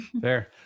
Fair